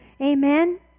Amen